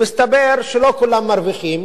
מסתבר שלא כולם מרוויחים,